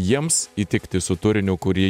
jiems įtikti su turiniu kurį